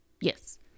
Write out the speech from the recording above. Yes